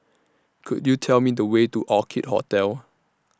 Could YOU Tell Me The Way to Orchid Hotel